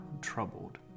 troubled